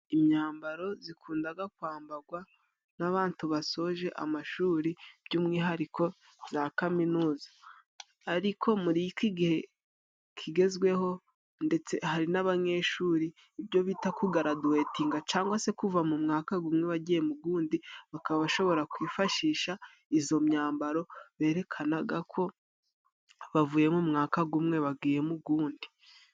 Imyambaro zikundaga kwambagwa n'abantu basoje amashuri by'umwihariko za kaminuza ariko muri iki gihe kigezweho ndetse hari n'abanyeshuri ibyo bita kugaraduwetininga cangwa se kuva mu mwaka gumwe wagiye mu gundi bakaba bashobora kwifashisha izo myambaro berekanaga ko bavuyemo mu mwaka gumwe bagiye mu gundi.